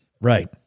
right